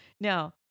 Now